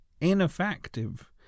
ineffective